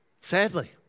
Sadly